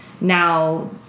now